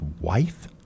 wife